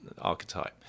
archetype